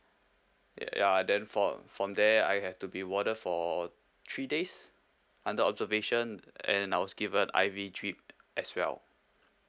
ya then from from there I had to be warded for three days under observation and I was given I_V drip as well